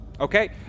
Okay